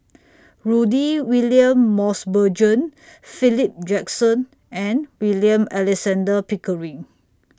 Rudy William Mosbergen Philip Jackson and William Alexander Pickering